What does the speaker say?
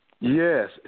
Yes